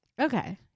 Okay